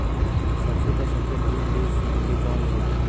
सरसों क सबसे बढ़िया बिज के कवन होला?